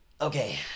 Okay